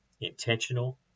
intentional